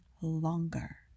longer